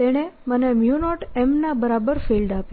તેણે મને 0M ના બરાબર ફિલ્ડ આપ્યું